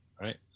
right